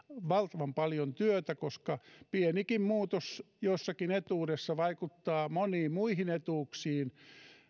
valtavan paljon työtä koska pienikin muutos jossakin etuudessa vaikuttaa moniin muihin etuuksiin